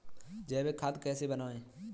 जैविक खाद कैसे बनाएँ?